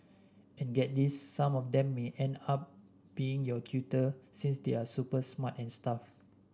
and get this some of them may end up being your tutor since they're super smart and stuff